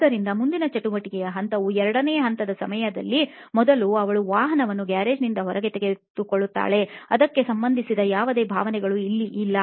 ಆದ್ದರಿಂದ ಮುಂದಿನ ಚಟುವಟಿಕೆಯ ಹಂತವು ಎರಡನೇ ಹಂತದ ಸಮಯದಲ್ಲಿ ಮೊದಲು ಅವಳು ವಾಹನವನ್ನು ಗ್ಯಾರೇಜ್ನಿಂದ ಹೊರತೆಗೆಯುತ್ತಾಳೆ ಅದಕ್ಕೆ ಸಂಬಂಧಿಸಿದ ಯಾವುದೇ ಭಾವನೆಗಳು ಇಲ್ಲಿ ಇಲ್ಲ